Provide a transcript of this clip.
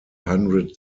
hundred